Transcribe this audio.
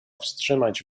wstrzymać